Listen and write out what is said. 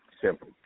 Simple